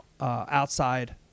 outside